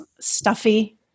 stuffy